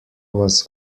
was